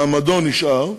מעמדו נשאר,